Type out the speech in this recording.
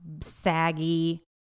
saggy